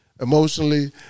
Emotionally